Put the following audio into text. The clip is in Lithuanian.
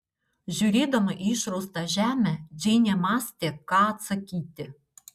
žiūrėdama į išraustą žemę džeinė mąstė ką atsakyti